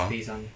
ah